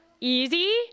easy